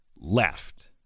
left